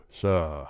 sir